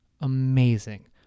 Amazing